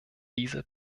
diese